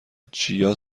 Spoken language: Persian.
جیا